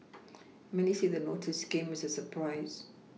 many say the notice came as a surprise